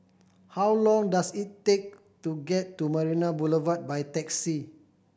how long does it take to get to Marina Boulevard by taxi